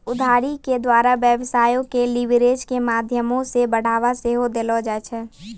उधारी के द्वारा व्यवसायो के लीवरेज के माध्यमो से बढ़ाबा सेहो देलो जाय छै